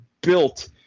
built